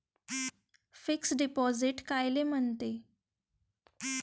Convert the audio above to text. Fix deposit कायले म्हनते?